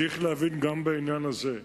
צריך להבין גם בעניין הזה: